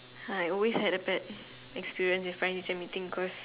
I always had a bad experience with parent teacher meeting because